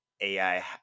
AI